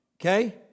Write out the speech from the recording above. okay